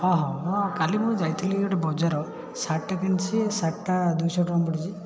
ହଁ ହଁ ହଁ କାଲି ମୁଁ ଯାଇଥିଲି ଗୋଟେ ବଜାର ଶାର୍ଟଟେ କିଣିଛି ଶାର୍ଟଟା ଦୁଇଶହ ଟଙ୍କା ପଡ଼ିଛି